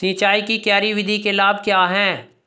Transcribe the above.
सिंचाई की क्यारी विधि के लाभ क्या हैं?